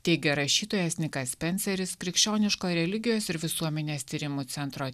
teigia rašytojas nikas spenceris krikščioniško religijos ir visuomenės tyrimų centro